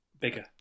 bigger